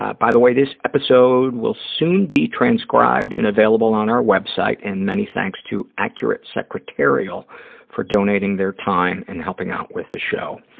ah by the way, this episode will soon be transcribed and available on our web site, and many thanks to accurate secretarial for donating their time and helping out with the show.